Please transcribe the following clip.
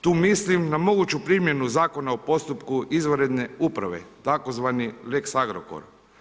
Tu mislim na moguću primjenu zakona o postupku izvanredne uprave, tzv. lex Agrokor.